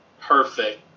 perfect